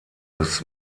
des